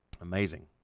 Amazing